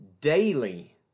daily